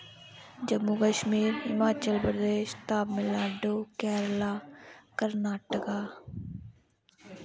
Jammu Kashmir Himachal Pradesh Tamil Nadu Kerala Karnataka